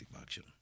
action